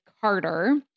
Carter